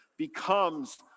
Becomes